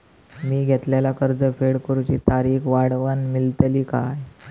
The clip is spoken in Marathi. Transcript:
मी घेतलाला कर्ज फेड करूची तारिक वाढवन मेलतली काय?